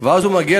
ואז הוא מגיע,